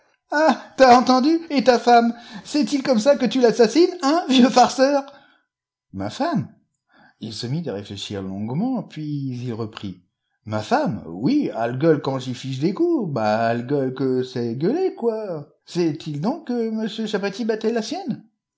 entendu et ta femme c'est-il comme ça que tu l'assassines hein vieux farceur ma femme et il se mit à réfléchir longuement puis il reprit ma femme oui ail gueule quand j'y fiche des coups mais ail gueule que c'est gueuler quoi c'est-il donc que m chapatis dattait la sienne